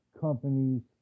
companies